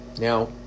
Now